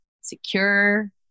secure